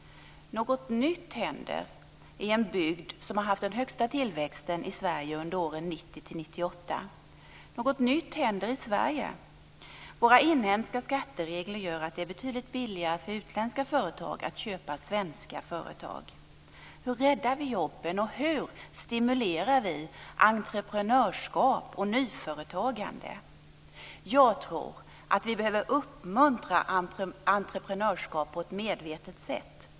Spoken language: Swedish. Något nytt händer i en bygd som har haft den högsta tillväxten i Sverige under åren 1990-1998. Något nytt händer i Sverige. Våra inhemska skatteregler gör att det är betydligt billigare för utländska företag att köpa svenska företag. Hur räddar vi jobben? Hur stimulerar vi entreprenörskap och nyföretagande? För det första behöver vi uppmuntra entreprenörskap på ett medvetet sätt.